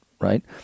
right